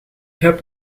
heb